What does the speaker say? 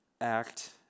act